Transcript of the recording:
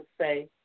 say